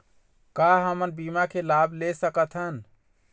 का हमन बीमा के लाभ ले सकथन?